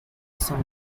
south